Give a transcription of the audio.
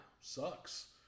sucks